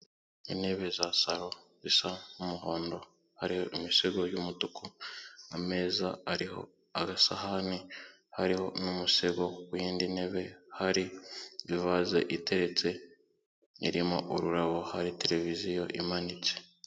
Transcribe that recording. Intebe za salo zisa nk'umuhondo hari imisego y'umutuku, ameza ariho agasahani hariho n'umusego w'indi ntebe hari ivaze iteretse, irimo ururabo hari televiziyo imanitse.